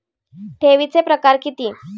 ठेवीचे प्रकार किती?